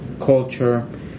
culture